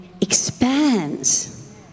expands